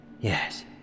Yes